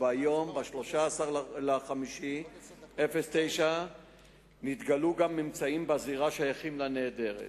וביום 13 במאי 2009 נתגלו גם ממצאים בזירה השייכים לנעדרת.